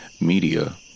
media